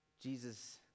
Jesus